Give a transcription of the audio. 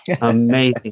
Amazing